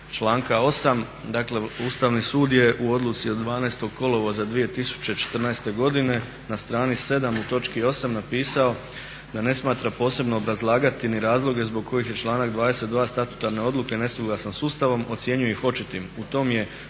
dakle Ustavni sud je u odluci od 12. kolovoza 2014. godine na strani 7. u točki 8. napisao da ne smatra posebno obrazlagati ni razloge zbog kojih je članak 22. statutarne odluke nesuglasan s Ustavom, ocjenjuje ih očitim.